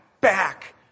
back